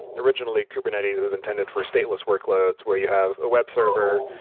originally, kubernetes was intended for stateless workloads where you have a web server,